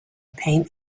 paint